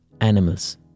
animals